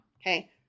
Okay